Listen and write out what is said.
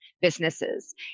businesses